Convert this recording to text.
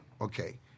okay